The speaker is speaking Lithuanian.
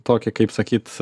tokį kaip sakyt